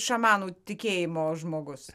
šamanų tikėjimo žmogus